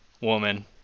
woman